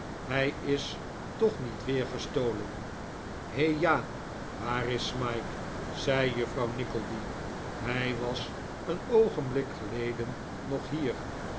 hij is toch niet weer gestolen he ja waar is smike zei juffrouw nickleby hij was een oogenblik geleden nog hier